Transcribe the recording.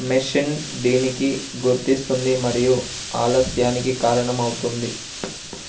machine దీనికి గుర్తిస్తుంది మరియు ఆలస్యానికి కారణం అవుతుంది